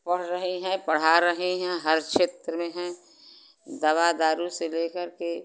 पढ़ रही हैं पढ़ा रही हैं हर क्षेत्र में हैं दवा दारू से लेकर के